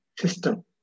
system